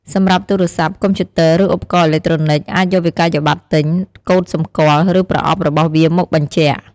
សម្រាប់ទូរស័ព្ទ កុំព្យូទ័រ ឬឧបករណ៍អេឡិចត្រូនិច អាចយកវិក្កយបត្រទិញ កូដសម្គាល់ ឬប្រអប់របស់វាមកបញ្ជាក់។